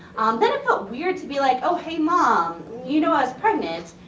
then it felt weird to be like, oh hey mom you know i was pregnant?